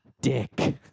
Dick